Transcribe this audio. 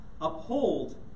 Uphold